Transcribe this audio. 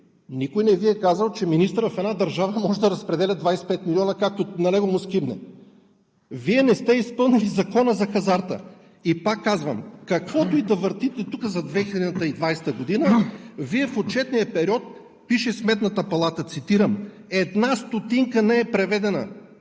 Никой не Ви е казал, че министър в една държава може да разпределя 25 милиона както на него му скимне. Вие не сте изпълнили Закона за хазарта. Пак казвам, каквото и да въртите тук за 2020 г., в отчетния период – пише Сметната палата – една стотинка не е преведена